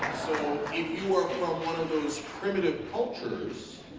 if you are from one of those primitive cultures